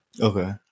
Okay